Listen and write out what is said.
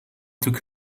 took